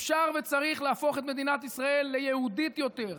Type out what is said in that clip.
אפשר וצריך להפוך את מדינת ישראל ליהודית יותר,